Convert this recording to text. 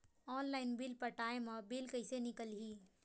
Online bill पटाय मा bill कइसे निकलही?